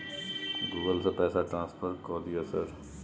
Google से से पैसा ट्रांसफर कर दिय सर?